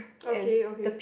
okay okay